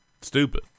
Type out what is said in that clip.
stupid